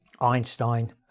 Einstein